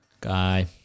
Guy